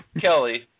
Kelly